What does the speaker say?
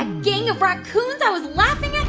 and gang of racoons i was laughing